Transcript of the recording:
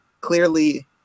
clearly